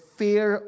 fear